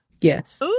Yes